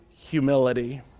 humility